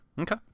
Okay